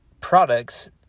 products